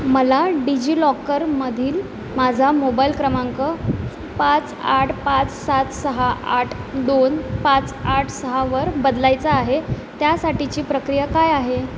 मला डिजि लॉकरमधील माझा मोबाईल क्रमांक पाच आठ पाच सात सहा आठ दोन पाच आठ सहावर बदलायचा आहे त्यासाठीची प्रक्रिया काय आहे